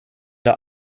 der